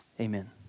Amen